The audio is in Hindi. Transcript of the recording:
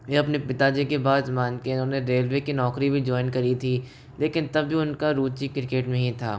ये अपने पिता जी की बात मान के इन्होंने रेलवे की भी नौकरी जॉइन करी थी लेकिन तब भी उनका रूचि क्रिकेट में ही था